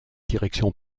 directions